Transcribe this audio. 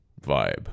vibe